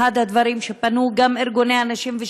אחד הדברים שגם ארגוני הנשים פנו לגביו,